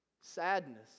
sadness